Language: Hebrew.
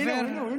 הינה הוא.